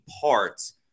parts